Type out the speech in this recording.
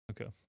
Okay